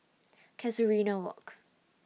Casuarina Walk